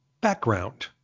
background